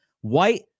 White